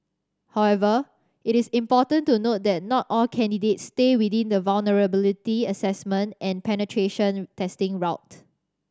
however it is important to note that not all candidates stay within the vulnerability assessment and penetration testing route